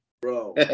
Bro